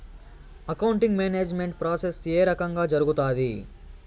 accounting management process ఏ రకంగా జరుగుతాది